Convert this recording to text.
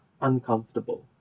uncomfortable